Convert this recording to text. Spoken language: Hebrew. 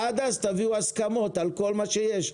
עד אז תביאו הסכמות על כל מה שיש,